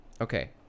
okay